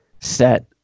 set